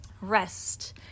Rest